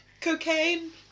cocaine